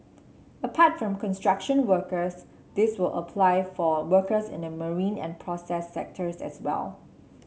apart from construction workers this will apply for workers in the marine and process sectors as well